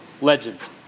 legends